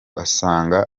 asanga